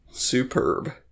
Superb